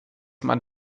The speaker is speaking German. man